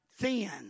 thin